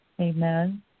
amen